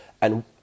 And-